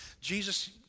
Jesus